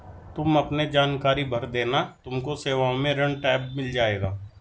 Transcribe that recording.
तुम अपने जानकारी भर देना तुमको सेवाओं में ऋण टैब मिल जाएगा